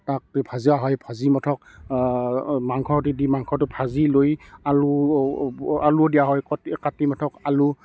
তাক ভজা হয় ভাজি মুঠক মাংস দি দি মাংসটো ভাজি লৈ আলু আলু দিয়া কটি কাটি মুঠক আলু